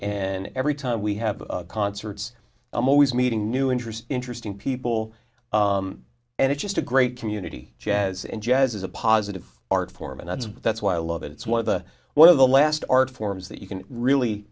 and every time we have concerts i'm always meeting new interest interesting people and it's just a great community jazz and jazz is a positive art form and that's why i love it it's one of the one of the last art forms that you can really